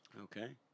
Okay